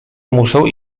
muszę